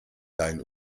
dein